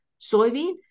soybean